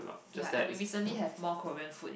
ya and we recently have more Korean food in